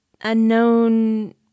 unknown